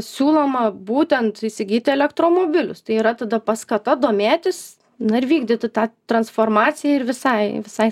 siūloma būtent įsigyti elektromobilius tai yra tada paskata domėtis na ir vykdyti tą transformaciją ir visai visai